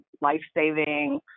life-saving